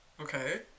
Okay